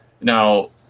now